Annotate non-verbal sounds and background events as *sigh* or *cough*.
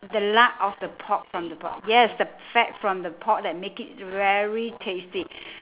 the lard of the pork from the pork yes the fat from the pork that make it very tasty *breath*